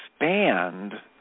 expand